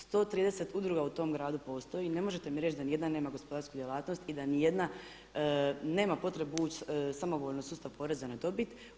130 udruga u tom gradu postoji i ne možete mi reći da niti jedna nema gospodarsku djelatnost i da niti jedna nema potrebu ući samovoljno u sustav poreza na dobit.